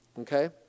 okay